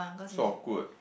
so awkward